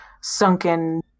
sunken